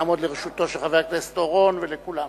יעמוד לרשותו של חבר הכנסת אורון ולכולם.